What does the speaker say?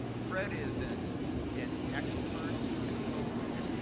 fred is and an expert, consultant,